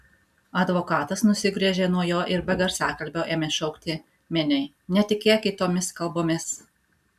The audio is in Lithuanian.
advokatas nusigręžė nuo jo ir be garsiakalbio ėmė šaukti miniai netikėkit tomis kalbomis